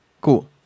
Cool